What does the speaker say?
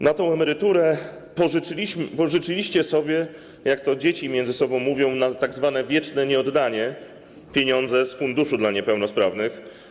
Na tę emeryturę pożyczyliście sobie - jak to dzieci między sobą mówią na tzw. wieczne nieoddanie - pieniądze z funduszu dla niepełnosprawnych.